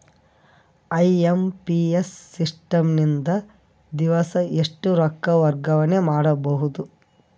IMPS system ನಿಂದ ದಿವಸಾ ಎಷ್ಟ ರೊಕ್ಕ ವರ್ಗಾವಣೆ ಮಾಡಬಹುದು?